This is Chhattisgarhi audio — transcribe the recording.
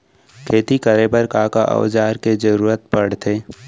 खेती करे बर का का औज़ार के जरूरत पढ़थे?